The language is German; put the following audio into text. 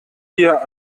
hier